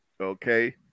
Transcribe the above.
Okay